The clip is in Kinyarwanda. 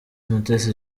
mutesi